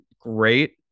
great